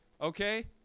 okay